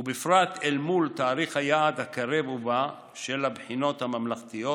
ובפרט אל מול תאריך היעד הקרב ובא של הבחינות הממלכתיות,